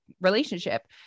relationship